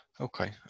okay